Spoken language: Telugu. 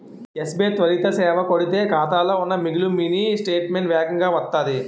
ఎస్.బి.ఐ త్వరిత సేవ కొడితే ఖాతాలో ఉన్న మిగులు మినీ స్టేట్మెంటు వేగంగా వత్తాది